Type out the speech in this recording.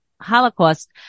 Holocaust